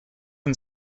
and